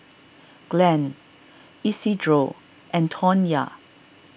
Glen Isidro and Tonya